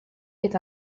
est